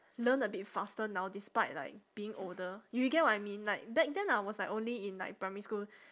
learn a bit faster now despite like being older you you get what I mean like back then I was like only in like primary school